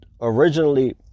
originally